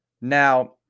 Now